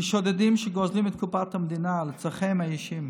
כשודדים שגוזלים את קופת המדינה לצורכיהם האישיים.